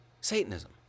Satanism